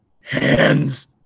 Hands